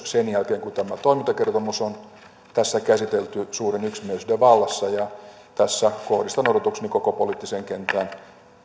sen jälkeen kun tämä toimintakertomus on tässä käsitelty suuren yksimielisyyden vallassa ja tässä kohdistan odotukseni koko poliittiseen kenttään